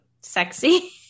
sexy